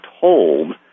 told